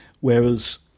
whereas